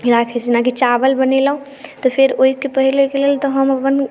राखै छी जेनाकि चावल बनेलहुॅं तऽ फेर ओहिके पहिले के लेल तऽ हम अपन